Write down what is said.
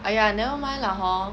!aiya! nevermind lah hor